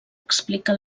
explica